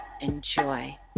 enjoy